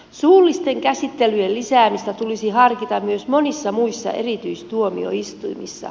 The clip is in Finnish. suullisten käsittelyjen lisäämistä tulisi harkita myös monissa muissa erityistuomioistuimissa